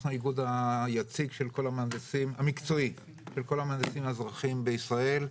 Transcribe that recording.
אנחנו האיגוד היציג המקצועי של כל המהנדסים האזרחיים בישראל,